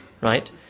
Right